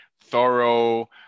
Thorough